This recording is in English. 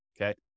okay